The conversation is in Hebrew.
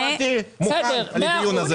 אני באתי מוכן לדיון הזה.